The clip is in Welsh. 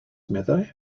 meddai